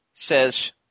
says